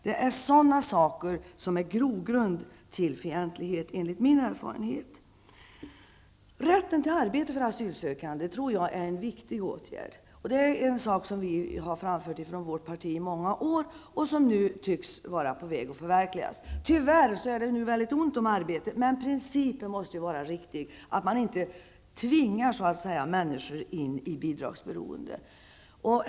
Det är sådana saker som är grogrund till fientlighet, enligt min erfarenhet. Rätten till arbete för asylsökande tror jag är en viktig åtgärd. Det är en sak som vi har framfört från vårt parti i många år och som nu tycks vara på väg att förverkligas. Tyvärr är det nu mycket ont om arbete, men principen måste vara riktig, att man inte tvingar människor in i bidragsberoende.